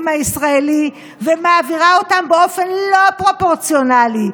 הישראלי ומעבירה אותם באופן לא פרופורציונלי,